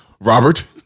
Robert